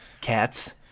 Cats